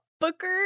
Booker